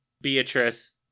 Beatrice